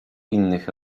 innych